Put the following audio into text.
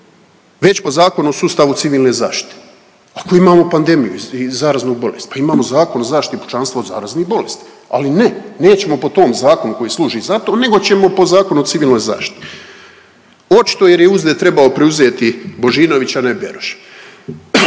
već po Zakonu o sustavu civilne zaštite ako imamo pandemiju i zaraznu bolest? Pa imamo Zakon o zaštiti pučanstva od zaraznih bolesti, ali ne, nećemo po tom zakonu koji služi za to nego ćemo po Zakonu o civilnoj zaštiti. Očito jer je … trebao preuzeti Božinović, a ne Beroš.